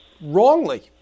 wrongly